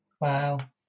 wow